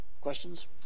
questions